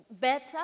better